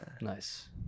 Nice